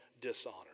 dishonor